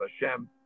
Hashem